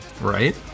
right